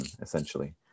essentially